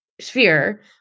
sphere